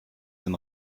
den